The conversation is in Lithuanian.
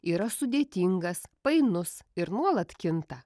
yra sudėtingas painus ir nuolat kinta